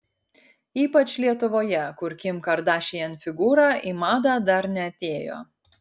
ypač lietuvoje kur kim kardashian figūra į madą dar neatėjo